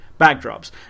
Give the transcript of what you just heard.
backdrops